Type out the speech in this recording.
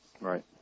Right